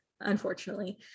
unfortunately